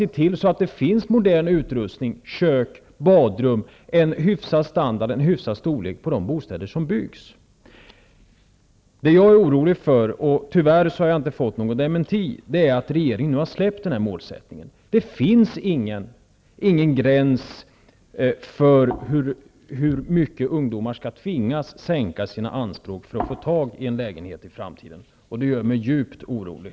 Det skall finnas modern utrustning som kök och badrum samt hyfsad standard och storlek på de bostäder som byggs. Jag är orolig för -- och tyvärr har jag inte fått någon dementi -- att regeringen har släppt detta mål. Det finns ingen gräns för hur mycket ungdomar skall tvingas sänka sina anspråk för att få tag på en lägenhet i framtiden. Det här gör mig djupt orolig.